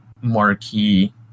marquee